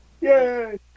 Yay